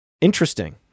Interesting